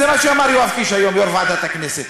זה מה שאמר יואב קיש היום, יו"ר ועדת הכנסת.